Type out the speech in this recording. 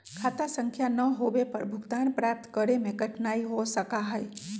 खाता संख्या ना होवे पर भुगतान प्राप्त करे में कठिनाई हो सका हई